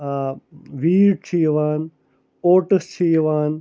wheat چھُ یِوان oats چھُ یِوان